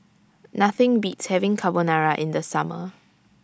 Nothing Beats having Carbonara in The Summer